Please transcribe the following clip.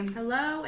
hello